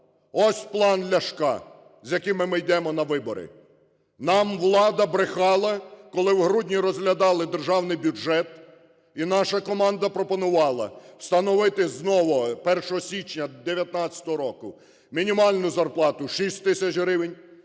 ось план Ляшка, з яким ми йдемо на вибори. Нам влада брехала, коли в грудні розглядали державний бюджет. І наша команда пропонувала встановити з нового 1 січня 19-го року мінімальну зарплату 6 тисяч гривень,